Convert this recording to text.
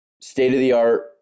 state-of-the-art